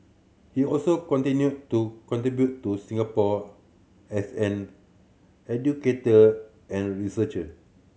he also continue to contribute to Singapore as an educator and researcher